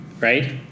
Right